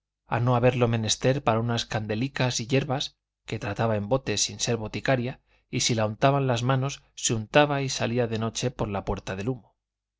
a no haberlo menester para unas candelicas y hierbas que trataba en botes sin ser boticaria y si la untaban las manos se untaba y salía de noche por la puerta del humo